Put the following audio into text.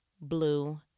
blue